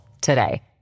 today